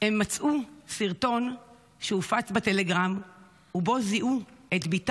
הם מצאו סרטון שהופץ בטלגרם ובו זיהו את הבת